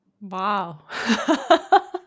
Wow